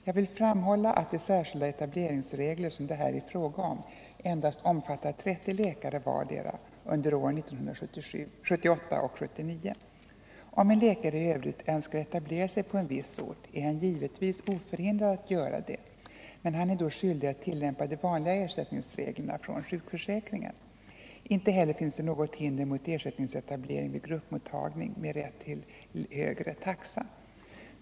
Jag vill framhålla att de särskilda etableringsregler som det här är fråga om endast omfattar 30 läkare vardera under åren 1978 och 1979. Om en läkare i övrigt önskar etablera sig på en viss ort är han givetvis oförhindrad att göra det, men han är då skyldig att tillämpa de vanliga ersättningsreglerna från sjukförsäkringen. Inte heller finns det något hinder mot ersättningsetablering vid gruppmottagning med rätt till högre taxa.